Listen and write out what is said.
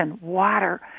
water